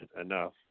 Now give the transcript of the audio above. enough